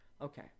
Okay